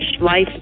Life